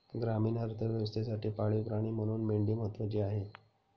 ग्रामीण अर्थव्यवस्थेसाठी पाळीव प्राणी म्हणून मेंढी महत्त्वाची आहे